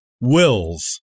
wills